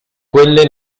quelle